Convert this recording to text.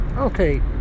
Okay